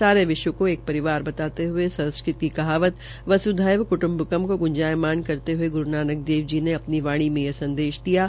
सारे विश्व क एक परिवार बताते हये संस्कृत की कहावत वसुवैद्य कुट्टम्बकंम क गुंजायमान करते हये गुरू नानक देव जी ने अपनी वाणी मे यह संदेश दिया है